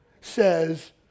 says